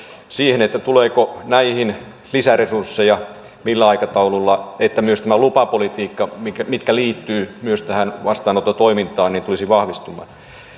tuleeko näihin lisäresursseja ja millä aikataululla että myös tämä lupapolitiikka mikä liittyy myös tähän vastaanottotoimintaan tulisi vahvistumaan